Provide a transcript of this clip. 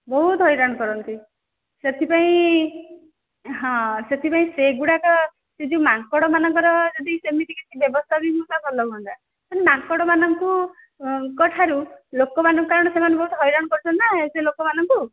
ବହୁତ ହଇରାଣ କରନ୍ତି ସେଥିପାଇଁ ହଁ ସେଥିପାଇଁ ସେଗୁଡ଼ାକ ସେଇ ଯେଉଁ ମାଙ୍କଡ଼ମାନଙ୍କର ଯଦି ସେମିତି କିଛି ବ୍ୟବସ୍ଥା ବି ହୁଅନ୍ତା ଭଲ ହୁଅନ୍ତା ମାନେ ମାଙ୍କଡ଼ମାନଙ୍କୁ ଙ୍କ ଠାରୁ ଲୋକମାନଙ୍କୁ କାରଣ ବହୁତ ହଇରାଣ କରୁଛନ୍ତିନା ସେ ଲୋକମାନଙ୍କୁ